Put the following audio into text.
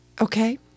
Okay